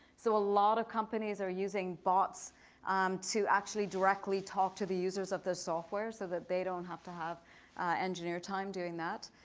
so a lot of companies are using bots to actually directly talk to the users of their software so that they don't have to have engineered time doing that.